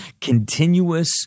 continuous